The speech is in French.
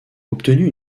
obtenu